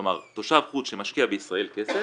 כלומר תושב חוץ שמשקיע בישראל כסף,